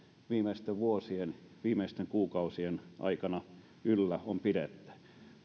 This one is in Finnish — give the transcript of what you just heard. viimeisten vuosien viimeisten kuukausien aikana yllä on pidetty